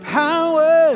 power